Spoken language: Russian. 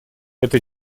это